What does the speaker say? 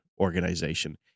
organization